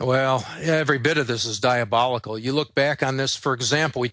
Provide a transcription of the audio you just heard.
oh well every bit of this is diabolical you look back on this for example we